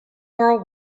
world